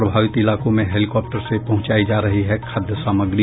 प्रभावित इलाकों में हेलिकॉप्टर से पहुंचायी जा रही है खाद्य सामग्री